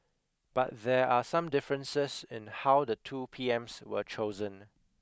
but there are some differences in how the two P M S were chosen